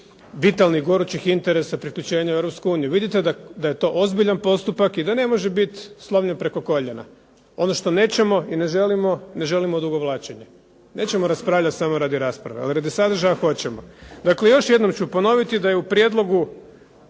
vitalnih gorućih interesa, priključivanja Europskoj uniji. Vidite da je ozbiljan postupak i da ne može biti slomljen preko koljena. Ono što nećemo i ne želimo, ne želimo odugovlačenje. Nećemo raspravljati samo radi rasprave. Ali radi sadržaja hoćemo. Dakle, još jednom ću ponoviti, da je u prijedlogu